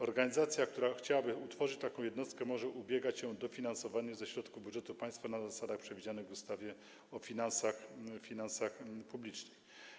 Organizacja, która chciałaby utworzyć taką jednostkę, może ubiegać się o dofinansowanie ze środków budżetu państwa na zasadach przewidzianych w ustawie o finansach publicznych.